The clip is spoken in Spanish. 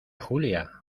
julia